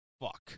fuck